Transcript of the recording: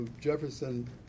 Jefferson